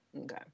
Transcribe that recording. Okay